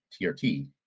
TRT